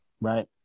right